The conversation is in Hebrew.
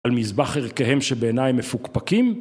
על מזבח ערכיהם שבעיני הם מפוקפקים